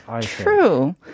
True